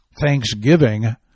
Thanksgiving